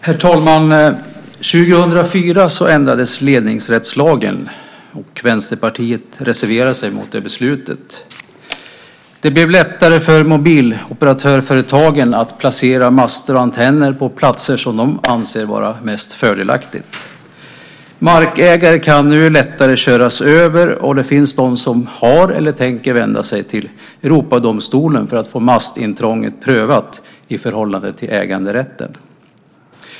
Herr talman! År 2004 ändrades ledningsrättslagen, och Vänsterpartiet reserverade sig mot beslutet. Det blev lättare för mobiloperatörföretagen att placera master och antenner på platser som de anser vara mest fördelaktiga. Markägare kan nu lättare köras över, och de finns de som har vänt sig eller tänker vända sig till Europadomstolen för att få mastintrånget prövat i förhållande till äganderätten.